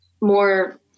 more